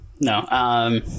No